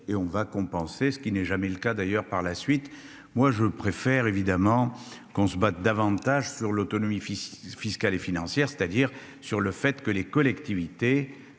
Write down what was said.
et on va compenser ce qui n'est jamais le cas d'ailleurs par la suite. Moi je préfère évidemment qu'on se batte davantage sur l'autonomie fils fiscale et financière, c'est-à-dire sur le fait que les collectivités